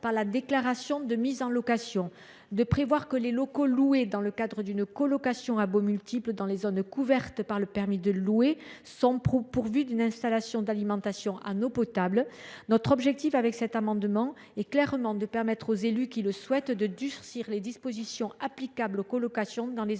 par la déclaration de mise en location. Il tend également à prévoir que les locaux loués dans le cadre d’une colocation à baux multiples dans les zones couvertes par le permis de louer doivent être pourvus d’une installation d’alimentation en eau potable. Notre objectif est clairement de permettre aux élus qui le souhaitent de durcir les dispositions applicables aux colocations dans les